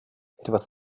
etwas